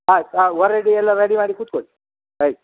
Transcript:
ಆಯ್ತು ಹಾಂ ಹೊರಡಿ ಎಲ್ಲ ರೆಡಿ ಮಾಡಿ ಕೂತ್ಕೊಳ್ಳಿ ಆಯ್ತ್